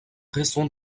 raison